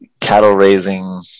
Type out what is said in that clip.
cattle-raising